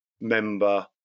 member